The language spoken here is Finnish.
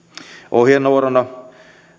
ohjenuorana